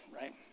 right